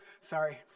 Sorry